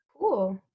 Cool